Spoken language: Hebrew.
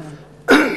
תודה.